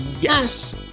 Yes